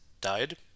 died